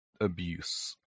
abuse